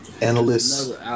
Analysts